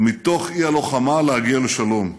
ומתוך האי-לוחמה, להגיע לשלום,